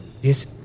Yes